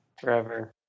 forever